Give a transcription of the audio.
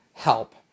help